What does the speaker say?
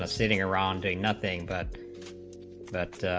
ah sitting around doing nothing but that the